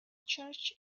church